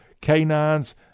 canines